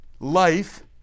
Life